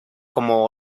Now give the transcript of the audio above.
como